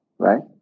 Right